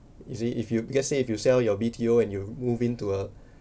you see if you let's say if you sell your B_T_O and you move in to a